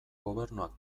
gobernuak